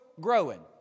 growing